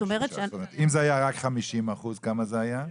אם זה היה רק 50% כמה זה היה?